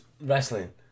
wrestling